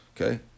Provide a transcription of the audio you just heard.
Okay